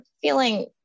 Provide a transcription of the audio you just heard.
feeling